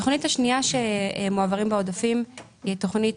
התוכנית השנייה שמועברים בה עודפים היא תוכנית